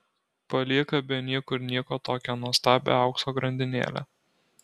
palieka be niekur nieko tokią nuostabią aukso grandinėlę